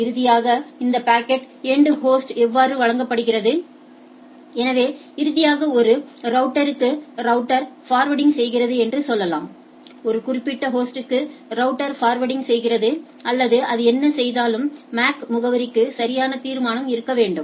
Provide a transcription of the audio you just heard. இறுதியாக இந்த packet end ஹோஸ்டில் எவ்வாறு வழங்கப்படுகிறது எனவே இறுதியாக ஒரு ரௌட்டருக்கு ரௌட்டர் ஃபர்வேர்டிங் செய்கிறது என்று சொல்லும்போது ஒரு குறிப்பிட்ட ஹோஸ்டுக்கு ரௌட்டர் ஃபர்வேர்டிங் செய்கிறது அல்லது அது என்ன செய்தாலும் MAC முகவரிக்கு சரியான தீர்மானம் இருக்க வேண்டும்